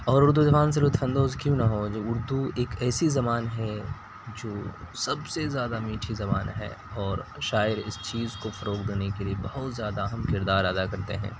اور اردو زبان سے لطف اندوز کیوں نہ ہوں جب اردو ایک ایسی زبان ہے جو سب سے زیادہ میٹھی زبان ہے اور شاعر اس چیز کو فروغ دینے کے لیے بہت زیادہ اہم کردار ادا کرتے ہیں